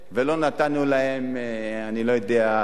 ולא נתנו להם אני לא יודע מה.